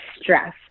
stress